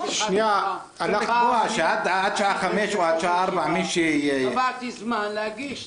צריכים לקבוע שעד שעה 17:00 או עד שעה 16:00. קבעתי זמן להגיש.